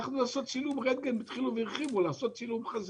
הלכנו לעשות צילום רנטגן והרחיבו לצילום חזה.